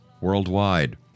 worldwide